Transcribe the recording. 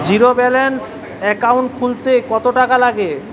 Zero balance account খুলতে কত টাকা লাগে?